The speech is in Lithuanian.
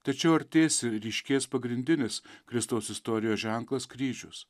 tačiau artės ir ryškės pagrindinis kristaus istorijos ženklas kryžius